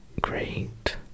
great